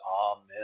Amen